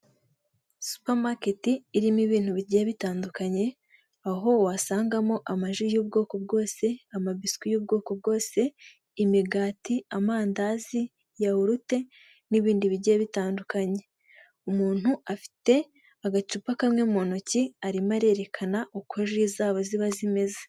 Supamaketi irimo ibintu bigiye bitandukanye, aho wasangamo, amaji y'ubwoko bwose amabisiwi y'ubwoko bwose, imigati amandazi yahurute n'ibindi bijye bitandukanye, umuntu afite agacupa kamwe mu ntoki arimo arerekana uko ji zabo ziba zimeze.